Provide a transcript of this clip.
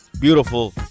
Beautiful